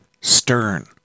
stern